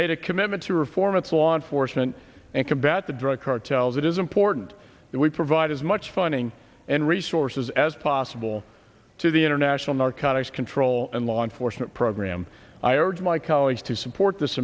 made a commitment to reform its law enforcement and combat the drug cartels it is important that we provide as much funding and resources as possible to the international narcotics control and law enforcement program i urge my colleagues to support this